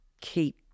keep